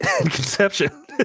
Conception